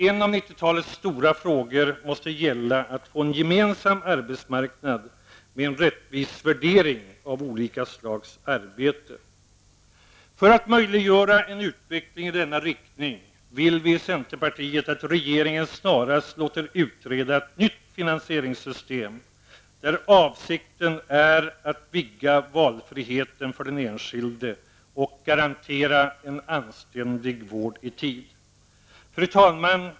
En av 90-talets stora frågor måste gälla att få en gemensam arbetsmarknad med en rättvis värdering av olika slags arbete. För att möjliggöra en utveckling i denna riktning vill vi i centerpartiet att regeringen snarast låter utreda ett nytt finansieringssystem, där avsikten är att vidga valfriheten för den enskilde och att garantera en anständig vård i tid. Fru talman!